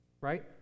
right